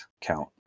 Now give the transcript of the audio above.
count